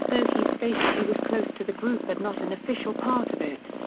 though he stated he was close to the group but not an official part of it.